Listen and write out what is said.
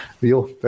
Rio